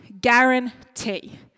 Guarantee